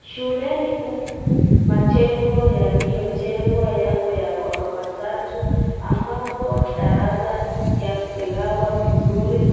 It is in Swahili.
Shuleni humu majengo yaliyojengwa yako ya ghorofa tatu ambapo darasa yamegawa vizuri